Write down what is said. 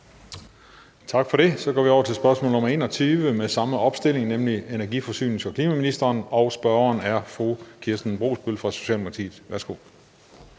Tak for det. Så går vi over til spørgsmål nr. 21 med samme opstilling, nemlig energi-, forsynings- og klimaministeren, og spørgeren er fru Kirsten Brosbøl fra Socialdemokratiet. Kl.